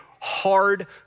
hard